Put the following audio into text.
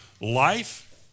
life